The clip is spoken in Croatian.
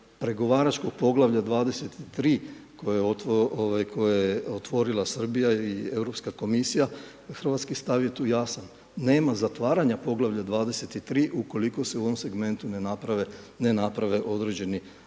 pregovaračkog poglavlja 23. koje je otvorila Srbija i Europska komisija hrvatski stav je tu jasan, nema zatvaranja poglavlja 23. ukoliko se u ovom segmentu ne naprave, ne